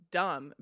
dumb